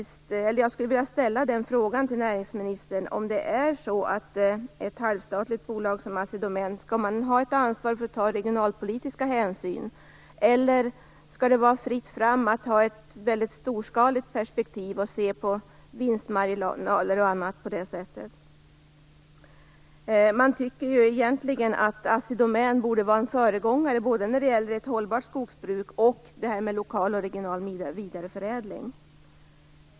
Skall ett halvstatligt bolag som Assi Domän ha ett ansvar när det gäller regionalpolitiska hänsyn, eller skall det vara fritt fram att ha ett väldigt storskaligt perspektiv och att se på vinstmarginaler och annat på det sättet? Egentligen borde väl Assi Domän vara en föregångare när det gäller både detta med ett hållbart skogsbruk och detta med lokal och regional vidareförädling.